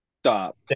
stop